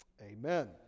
Amen